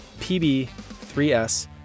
PB3S